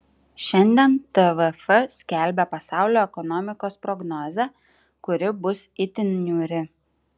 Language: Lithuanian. šiandien tvf skelbia pasaulio ekonomikos prognozę kuri bus itin niūri